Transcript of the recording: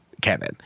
Kevin